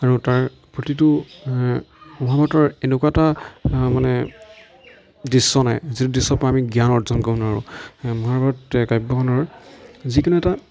আৰু তাৰ প্ৰতিটো মহাভাৰতৰ এনেকুৱা এটা মানে দৃশ্য নাই যিটো দৃশ্যৰ পৰা আমি জ্ঞান অৰ্জন কৰিব নোৱাৰোঁ মহাভাৰত কাব্যখনৰ যিকোনো এটা